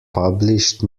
published